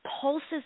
pulses